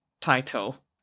title